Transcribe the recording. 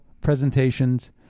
presentations